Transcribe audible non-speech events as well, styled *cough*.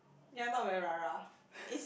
ya I not very rah-rah *breath*